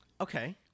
Okay